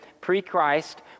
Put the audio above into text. pre-Christ